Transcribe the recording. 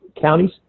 counties